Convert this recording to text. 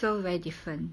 so very different